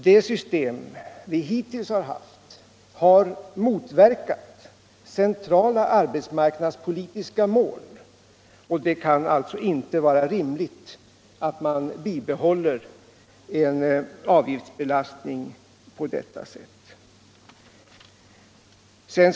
Det system vi hittills haft har motverkat bl.a. centrala arbetsmarknadspolitiska mål. Det kan inte vara rimligt att man bibehåller ett sådant system, i varje fall inte på sikt.